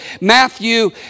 Matthew